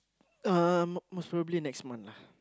um most probably next month lah